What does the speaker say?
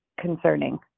concerning